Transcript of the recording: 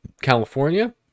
California